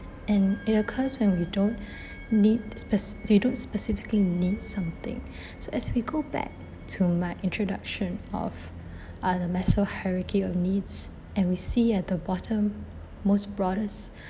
and it occurs when we don't need spec~ if you don't specifically need something so as we go back to my introduction of uh maslow hierarchy of needs and we see at the bottom most broadest